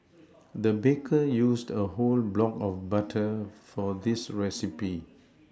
the baker used a whole block of butter for this recipe